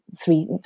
three